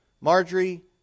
Marjorie